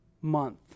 month